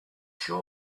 sure